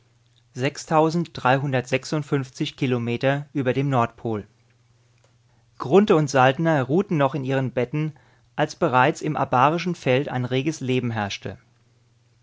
kilometer über dem nordpol grunthe und saltner ruhten noch in ihren betten als bereits im abarischen feld ein reges leben herrschte